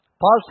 Paul